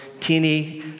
teeny